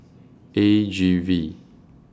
A G V